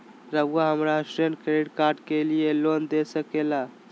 रहुआ हमरा student credit card के लिए लोन दे सके ला?